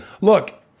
look